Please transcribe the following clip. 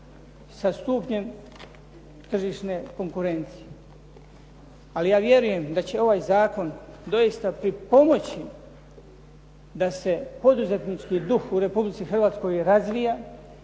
sa stupnjem tržišne konkurencije. Ali ja vjerujem da će ovaj zakon doista pripomoći da se poduzetnički duh u Republici Hrvatskoj razvija,